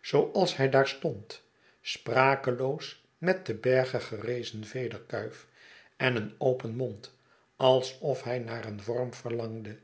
zooals hij daar stond sprakeloos met te bergegerezen vederkuif en een open mond alsof hij naar een worm verlangde